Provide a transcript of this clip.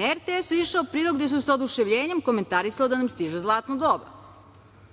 Na RTS-u je išao prilog gde su sa oduševljenjem komentarisali da nam stiže zlatno doba. Sada